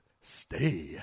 stay